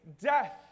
death